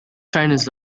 trainers